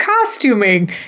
costuming